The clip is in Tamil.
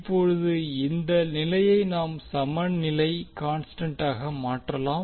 இப்போது இந்த நிலையை நாம் சமநிலை கான்ஸ்டன்ட்டாக மாற்றலாம்